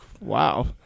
wow